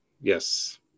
Yes